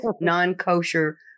non-kosher